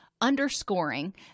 underscoring